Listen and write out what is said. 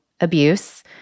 abuse